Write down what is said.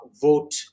vote